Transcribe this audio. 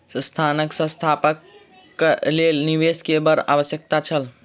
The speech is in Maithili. संस्थान स्थापनाक लेल निवेश के बड़ आवश्यक छल